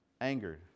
angered